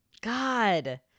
God